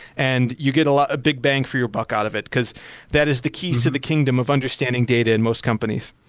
and you get a lot of big bang for your buck out of it because that is the keys of the kingdom of understanding data in most companies.